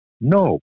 No